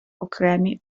окремі